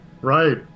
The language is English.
Right